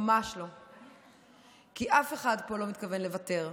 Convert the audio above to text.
ממש לא, כי אף אחד פה לא מתכוון לוותר,